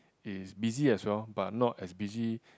is busy as well but not as busy